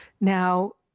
Now